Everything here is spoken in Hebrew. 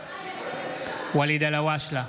ואליד אלהואשלה,